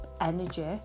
energy